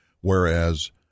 whereas